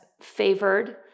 favored